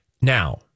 Now